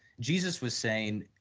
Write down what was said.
jesus was saying,